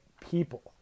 people